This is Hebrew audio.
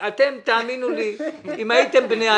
תאמינו לי, אם הייתם בני אדם